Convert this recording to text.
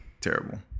Terrible